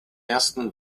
ersten